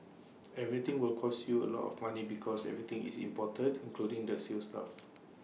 everything will cost you A lot of money because everything is imported including the sales staff